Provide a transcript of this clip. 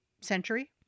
century